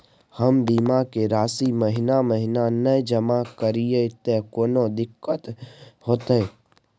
हम बीमा के राशि महीना महीना नय जमा करिए त कोनो दिक्कतों होतय?